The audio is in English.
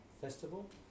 festival